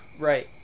Right